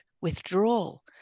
withdrawal